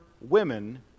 women